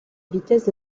vitesse